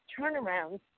turnarounds